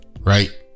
right